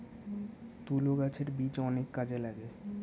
তুলো গাছের বীজ অনেক কাজে লাগে